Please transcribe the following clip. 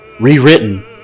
rewritten